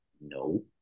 no